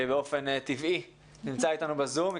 שבאופן טבעי נמצא אתנו בזום,